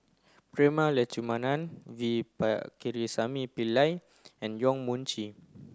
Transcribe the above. Prema Letchumanan V Pakirisamy Pillai and Yong Mun Chee